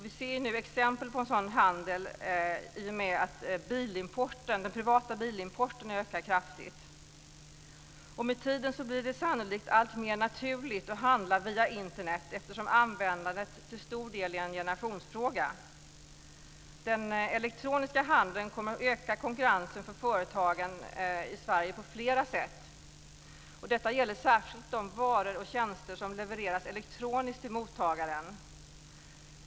Vi ser exempel på en sådan handel i och med att den privata bilimporten ökar kraftigt. Med tiden blir det sannolikt alltmer naturligt att handla via Internet eftersom användandet till stor del är en generationsfråga. Den elektroniska handeln kommer att öka konkurrensen för företagen i Sverige på flera sätt. Detta gäller särskilt de varor och tjänster som levereras elektroniskt till mottagaren.